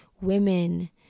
women